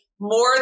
more